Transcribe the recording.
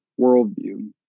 worldview